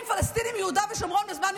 פלסטינים מיהודה ושומרון בזמן מלחמה.